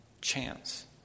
chance